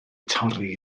torri